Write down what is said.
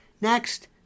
Next